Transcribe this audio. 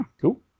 Cool